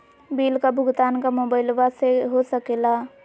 Bill का भुगतान का मोबाइलवा से हो सके ला?